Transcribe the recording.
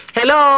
Hello